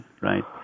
right